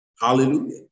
Hallelujah